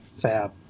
fab